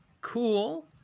cool